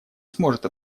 сможет